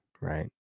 right